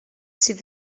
sydd